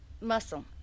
muscle